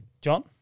John